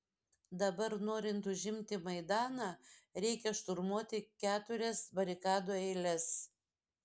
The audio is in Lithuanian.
dabar norint užimti maidaną reikia šturmuoti keturias barikadų eiles